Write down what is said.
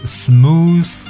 smooth